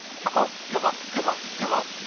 come on come on, come on, come on,